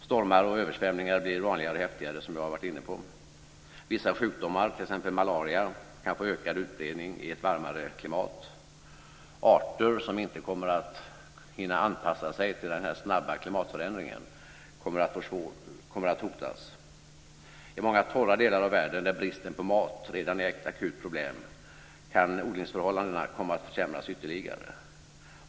Stormar och översvämningar kan bli vanligare och häftigare, som jag har varit inne på. Vissa sjukdomar, t.ex. malaria kan få ökad utbredning i ett varmare klimat. Arter som inte kommer att hinna anpassa sig till den här snabba klimatförändringen kommer att hotas. I många torra delar av världen, där bristen på mat redan är ett akut problem, kan odlingsförhållandena komma att försämras ytterligare.